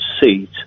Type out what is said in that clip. seat